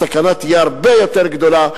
הסכנה תהיה הרבה יותר גדולה,